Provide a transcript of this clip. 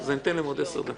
אז אני אתן להן עוד 10 דקות.